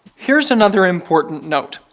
here's another important note,